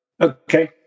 Okay